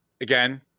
again